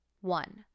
One